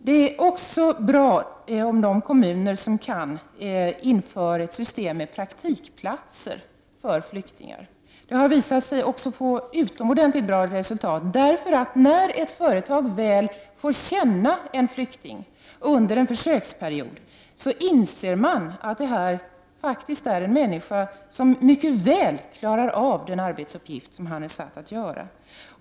Det vore bra om de kommuner som har sådana här möjligheter kunde införa ett system med praktikplatser för flyktingar. Det har visat sig ge utomordentligt goda resultat. När man på ett företag under en försöksperiod får lära känna en flykting inser man att det rör sig om en människa som mycket väl klarar av den arbetsuppgift som han eller hon är satt att göra.